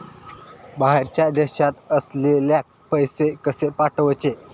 बाहेरच्या देशात असलेल्याक पैसे कसे पाठवचे?